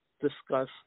discuss